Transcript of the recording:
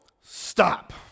stop